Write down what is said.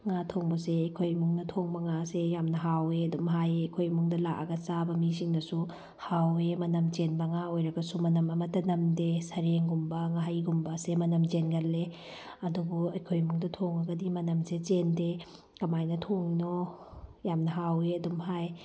ꯉꯥ ꯊꯣꯡꯕꯁꯦ ꯑꯩꯈꯣꯏ ꯏꯃꯨꯡꯅ ꯊꯣꯡꯕ ꯉꯥꯁꯦ ꯌꯥꯝꯅ ꯍꯥꯎꯋꯦ ꯑꯗꯨꯝ ꯍꯥꯏꯌꯦ ꯑꯩꯈꯣꯏ ꯏꯃꯨꯡꯗ ꯂꯥꯛꯑꯒ ꯆꯥꯕ ꯃꯤꯁꯤꯡꯅꯁꯨ ꯍꯥꯎꯋꯦ ꯃꯅꯝ ꯆꯦꯟꯕ ꯉꯥ ꯑꯣꯏꯔꯒꯁꯨ ꯃꯅꯝ ꯑꯃꯠꯇ ꯅꯝꯗꯦ ꯁꯔꯦꯡꯒꯨꯝꯕ ꯉꯥꯍꯩꯒꯨꯝꯕ ꯑꯁꯦ ꯃꯅꯝ ꯆꯦꯟꯒꯜꯂꯦ ꯑꯗꯨꯕꯨ ꯑꯩꯈꯣꯏ ꯏꯃꯨꯡꯗ ꯊꯣꯡꯑꯒꯗꯤ ꯃꯅꯝꯁꯦ ꯆꯦꯟꯗꯦ ꯀꯃꯥꯏꯅ ꯊꯣꯡꯉꯤꯅꯣ ꯌꯥꯝꯅ ꯍꯥꯎꯋꯦ ꯑꯗꯨꯝ ꯍꯥꯏ